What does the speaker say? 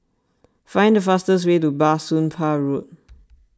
find the fastest way to Bah Soon Pah Road